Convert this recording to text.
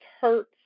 hurts